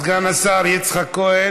סגן השר יצחק כהן,